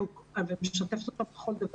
אני משתפת אותם בכל דבר.